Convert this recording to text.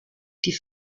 die